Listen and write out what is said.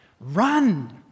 Run